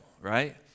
right